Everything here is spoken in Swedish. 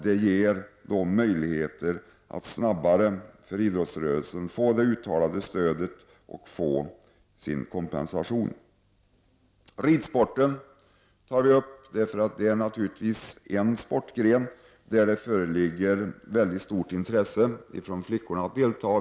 Det ger möjligheter för idrottsrörelsen att snabbare få det önskade stödet och en kompensation. Vi tar även upp ridsporten, eftersom det är en sportgren som flickor är mycket intresserade av.